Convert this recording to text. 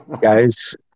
Guys